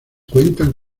cuentan